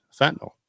fentanyl